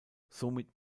somit